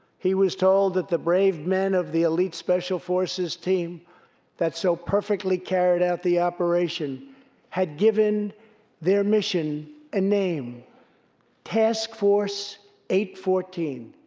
he was told that the brave men of the elite special forces team that so perfectly carried out the operation had given their mission a name task force eight fourteen.